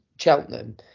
Cheltenham